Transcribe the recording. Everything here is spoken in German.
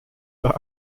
der